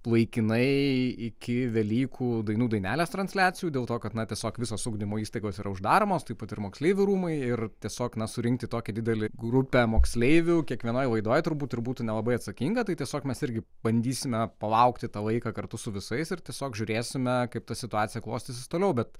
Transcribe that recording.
laikinai iki velykų dainų dainelės transliacijų dėl to kad na tiesiog visos ugdymo įstaigos yra uždaromos taip pat ir moksleivių rūmai ir tiesiog na surinkti tokį didelį grupę moksleivių kiekvienoj laidoj turbūt ir būtų nelabai atsakinga tai tiesiog mes irgi bandysime palaukti tą laiką kartu su visais ir tiesiog žiūrėsime kaip ta situacija klostysis toliau bet